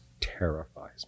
terrifies